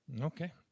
Okay